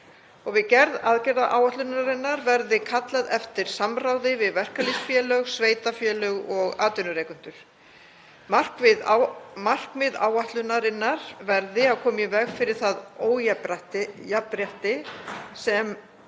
Við gerð aðgerðaáætlunarinnar verði kallað eftir samráði við verkalýðsfélög, sveitarfélög og atvinnurekendur. Markmið áætlunarinnar verði að koma í veg fyrir það ójafnrétti sem